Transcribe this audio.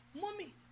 mommy